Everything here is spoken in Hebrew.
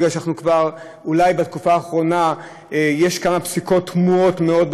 כי בתקופה האחרונה כבר יש כמה פסיקות תמוהות מאוד,